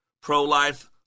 Pro-life